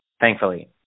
thankfully